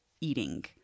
eating